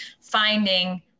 finding